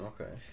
Okay